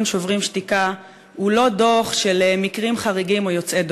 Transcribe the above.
"שוברים שתיקה" הוא לא דוח של מקרים חריגים או יוצאי דופן.